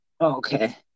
Okay